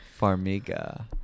Farmiga